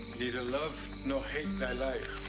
neither love, nor hate thy life